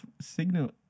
Signal